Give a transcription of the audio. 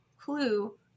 clue